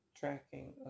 tracking